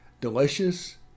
Delicious